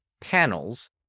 panels